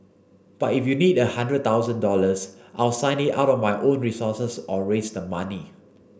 but if you need a hundred thousand dollars I'll sign it out of my own resources or raise the money